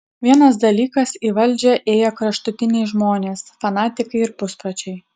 vienas dalykas į valdžią ėjo kraštutiniai žmonės fanatikai ir puspročiai